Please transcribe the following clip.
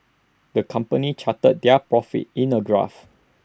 the company charted their profits in A graph